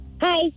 hi